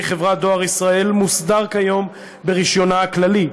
חברת "דואר ישראל" מוסדר כיום ברישיונה הכללי.